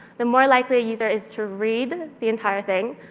the more likely a user is to read the entire thing,